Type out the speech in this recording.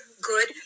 good